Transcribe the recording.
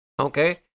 okay